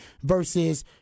versus